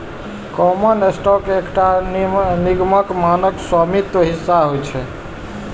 common stock एकटा निगमक मानक स्वामित्व हिस्सा होइ छै